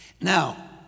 Now